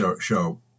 show